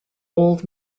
old